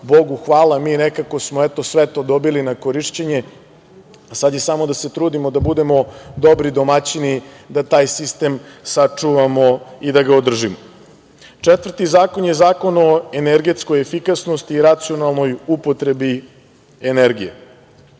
Bogu hvala, mi smo nekako, eto, sve to dobili na korišćenje, sada je samo da se trudimo na budemo dobri domaćini da taj sistem sačuvamo i da ga održimo. Četvrti zakon je Zakon o energetskoj efikasnosti i racionalnoj upotrebi energije.